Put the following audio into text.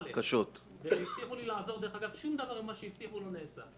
שום דבר ממה שהבטיחו לי לא נעשה.